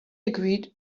agreed